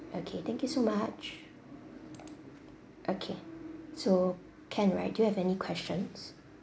okay thank you so much okay so can right do you have any questions